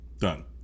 done